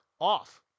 off